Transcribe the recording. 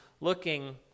looking